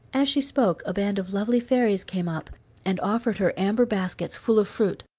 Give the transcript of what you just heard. as she spoke a band of lovely fairies came up and offered her amber baskets full of fruit,